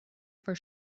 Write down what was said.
for